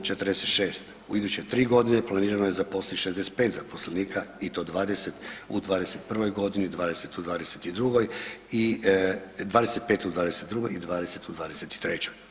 U iduće 3 godine planirano je zaposliti 65 zaposlenika i to 20 u '21. godini, 20 u '22. i 25 '22., i 20 u '23.